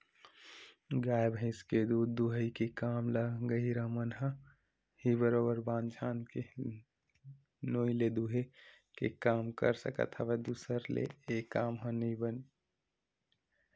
गाय भइस के दूद दूहई के काम ल गहिरा मन ह ही बरोबर बांध छांद के नोई ले दूहे के काम कर सकत हवय दूसर ले ऐ काम ह बने नइ बनय